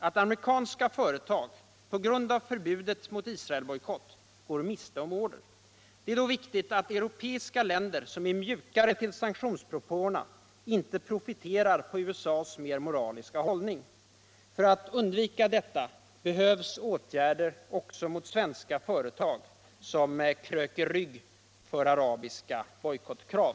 att amerikanska företag på grund av förbudet mot Israetbojkott går miste om order. Det är då viktugt, att europeiska länder som är mjukare mot sanktionspropåerna inte profiterar på USA:s mer moratiska hållning. För att undvika detta behövs åtgärder också mot svenska företag som kröker rygg för arabiska bojkottkrav.